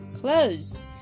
clothes